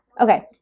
Okay